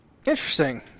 Interesting